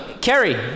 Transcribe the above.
Kerry